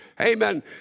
Amen